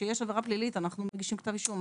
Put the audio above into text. כשיש עבירה פלילית אנחנו מגישים כתב אישום.